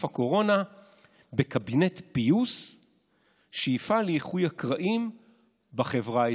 הקורונה וקבינט פיוס שיפעל לאיחוי הקרעים בחברה הישראלית".